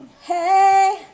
Hey